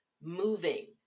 moving